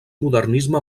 modernisme